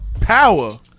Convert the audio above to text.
Power